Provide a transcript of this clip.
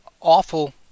awful